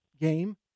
game